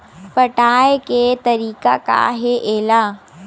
पटाय के तरीका का हे एला?